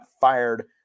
fired